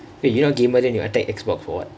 eh you not gamer than you attack X box for what